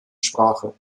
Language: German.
sprache